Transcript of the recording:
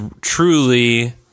truly